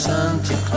Santa